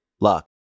luck